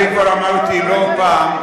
אני כבר אמרתי לא פעם,